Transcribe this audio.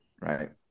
right